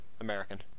American